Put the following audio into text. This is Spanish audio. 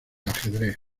ajedrez